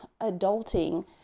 adulting